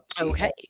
okay